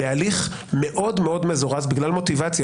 בהליך מאוד מאוד מזורז בגלל מוטיבציה